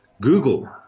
Google